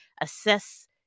assess